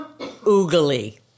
oogly